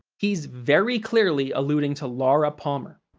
he's very clearly alluding to laura palmer.